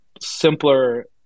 simpler